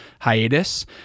hiatus